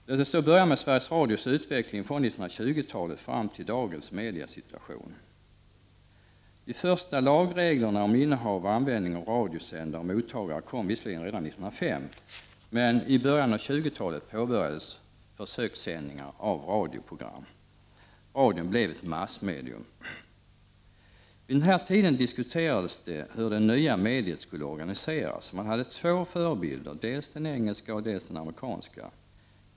Låt oss börja med Sveriges Radios utveckling från 1920-talet fram till dagens mediasituation. De första lagreglerna om innehav och användning av radiosändare och mottagare kom visserligen redan 1905, men i början av 20-talet påbörjades försökssändningar av radioprogram. Radion blev ett massmedium. Vid den här tiden diskuterades hur det nya mediet skulle organiseras. Man hade två förebilder, dels den engelska, dels den amerikanska.